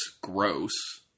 gross